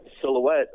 silhouette